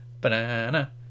banana